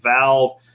valve